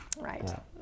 Right